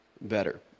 better